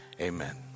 amen